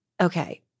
okay